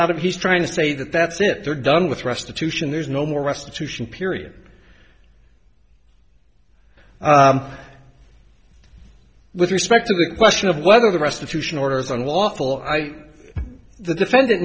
of he's trying to say that that's it they're done with restitution there's no more restitution period with respect to the question of whether the restitution order is unlawful i the defendant